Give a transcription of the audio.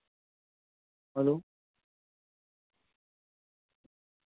hello